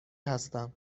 هستم